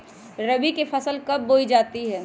रबी की फसल कब बोई जाती है?